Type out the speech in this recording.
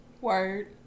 Word